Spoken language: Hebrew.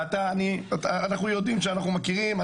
ואנחנו יודעים שאנחנו מכירים,